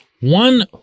One